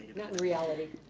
not in reality.